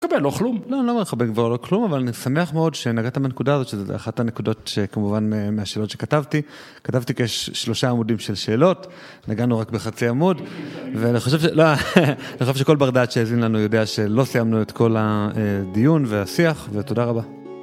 כבר לא כלום. לא, אני לא אומר לך כבר כלום, אבל אני שמח מאוד שנגעת בנקודה הזאת, שזו אחת הנקודות, כמובן, מהשאלות שכתבתי. כתבתי כשלושה עמודים של שאלות, נגענו רק בחצי עמוד, ואני חושב שכל בר דעת שיאזין לנו יודע שלא סיימנו את כל הדיון והשיח, ותודה רבה.